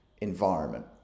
environment